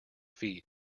feet